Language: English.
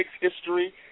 history